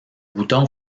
bouton